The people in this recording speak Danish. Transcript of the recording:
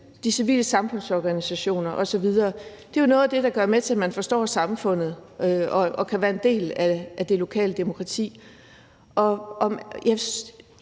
de civile samfundsorganisationer osv. jo er noget af det, der er med til, at man forstår samfundet og kan være en del af det lokale demokrati.